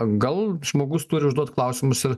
gal žmogus turi užduot klausimus ir